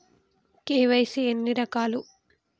KYC ఎన్ని రకాలు?